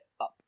up